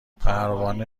پروانه